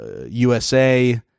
USA